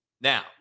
Now